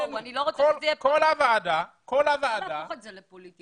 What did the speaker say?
לא צריך להפוך את זה לפוליטי.